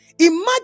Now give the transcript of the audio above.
Imagine